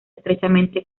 estrechamente